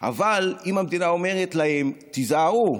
אבל אם המדינה אומרת להם: תיזהרו,